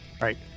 right